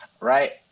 Right